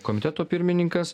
komiteto pirmininkas